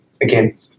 again